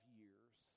years